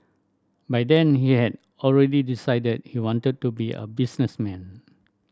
by then he had already decided he wanted to be a businessman